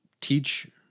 teach